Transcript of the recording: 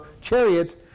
Chariots